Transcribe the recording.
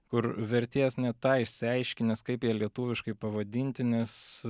kur vertėjas ne tą išsiaiškinęs kaip jie lietuviškai pavadinti nes